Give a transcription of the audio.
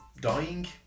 dying